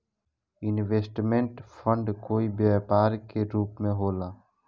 investment fund कोई व्यापार के रूप में होला